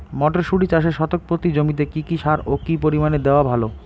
মটরশুটি চাষে শতক প্রতি জমিতে কী কী সার ও কী পরিমাণে দেওয়া ভালো?